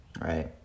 right